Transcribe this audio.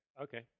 Okay